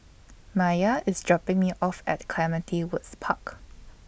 Maiya IS dropping Me off At Clementi Woods Park